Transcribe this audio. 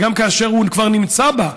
וגם כאשר הוא כבר נמצא בה,